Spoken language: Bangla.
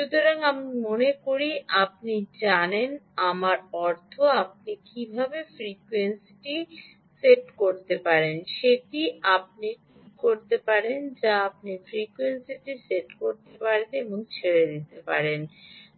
সুতরাং আমি মনে করি আপনি জানেন আমার অর্থ আপনি কীভাবে ফ্রিকোয়েন্সিটি সেট করতে পারেন সেটি আপনি ঠিক করতে পারেন আপনি ফ্রিকোয়েন্সিটি সেট করতে পারেন এবং ছেড়ে দিতে পারেন